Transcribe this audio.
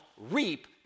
reap